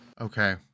Okay